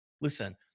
Listen